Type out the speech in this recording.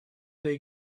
they